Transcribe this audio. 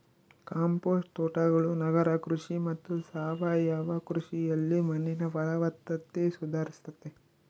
compost ತೋಟಗಳು ನಗರ ಕೃಷಿ ಮತ್ತು ಸಾವಯವ ಕೃಷಿಯಲ್ಲಿ ಮಣ್ಣಿನ ಫಲವತ್ತತೆ ಸುಧಾರಿಸ್ತತೆ